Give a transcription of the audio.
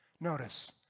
notice